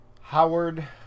Howard